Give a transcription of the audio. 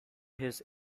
his